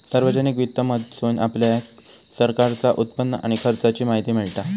सार्वजनिक वित्त मधसून आपल्याक सरकारचा उत्पन्न आणि खर्चाची माहिती मिळता